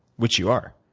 which you are.